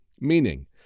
Meaning